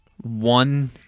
One